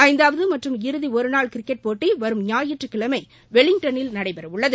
ஐந்தாவது மற்றும் இறுதி ஒரு நாள் கிரிக்கெட் போட்டி வரும் ஞாயிற்றகிழமை வெலிங்டனில் நடைபெறவுள்ளது